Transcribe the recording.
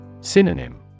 Synonym